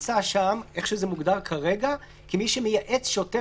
כפי שזה מוגדר כרגע הוא לא נמצא שם כמי